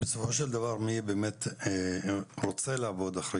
בסופו של דבר מי שבאמת רוצה לעבוד אחרי